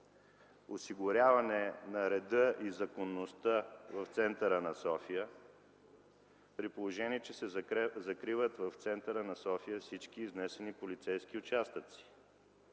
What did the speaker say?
осигуряване на реда и законността в центъра на София, при положение че се закриват там всички изнесени полицейски участъци?